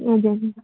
हजुर हुन्छ